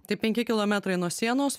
tai penki kilometrai nuo sienos